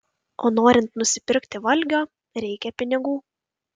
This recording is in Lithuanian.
o norint nusipirkti valgio reikia pinigų